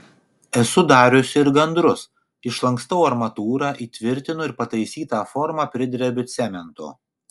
esu dariusi ir gandrus išlankstau armatūrą įtvirtinu ir pataisytą formą pridrebiu cemento